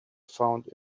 found